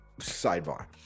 sidebar